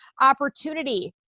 opportunity